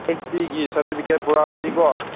ꯑꯦꯁ ꯇꯤꯒꯤ ꯁꯥꯔꯇꯤꯐꯤꯀꯦꯠ ꯄꯨꯔꯛꯑꯗꯤꯀꯣ